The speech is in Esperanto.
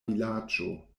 vilaĝo